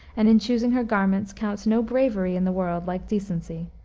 and, in choosing her garments, counts no bravery in the world like decency.